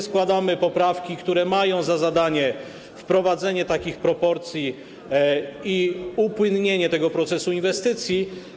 Składamy poprawki, które mają za zadanie wprowadzenie takich proporcji i upłynnienie procesu inwestycji.